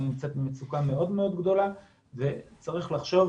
נמצאים במצוקה מאוד גדולה וצריך לחשוב